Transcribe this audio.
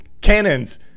cannons